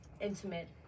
intimate